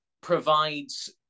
provides